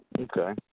Okay